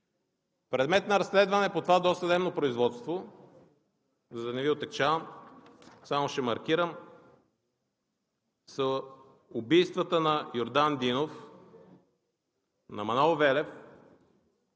Предмет на разследване по това досъдебно производство, за да не Ви отегчавам, само ще маркирам, са убийствата на Йордан Динов, на Манол Велев,